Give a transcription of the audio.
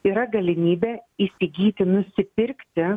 yra galimybė įsigyti nusipirkti